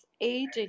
aging